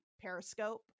periscope